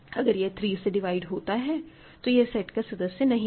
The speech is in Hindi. अगर यह 3 से डिवाइड होता है तो यह सेट का सदस्य नहीं है